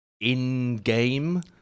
in-game